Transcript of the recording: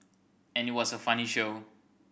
and it was a funny show